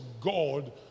God